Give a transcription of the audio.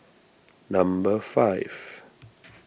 number five